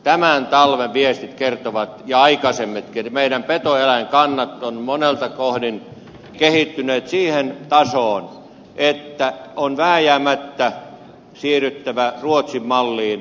tämän talven viestit ja aikaisemmatkin kertovat että meidän petoeläinkantamme ovat monilta kohdin kehittyneet siihen tasoon että on vääjäämättä siirryttävä aikaa myöten ruotsin malliin